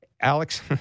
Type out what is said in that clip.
Alex